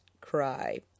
cry